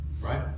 right